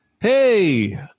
hey